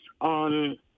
on